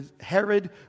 Herod